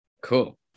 cool